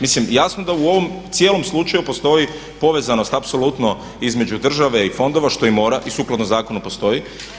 Mislim jasno da u ovom cijelom slučaju postoji povezanost apsolutno između države i fondova što i mora i sukladno zakonu postoji.